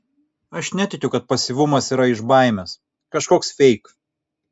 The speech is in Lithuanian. aš netikiu kad pasyvumas yra iš baimės kažkoks feik